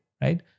right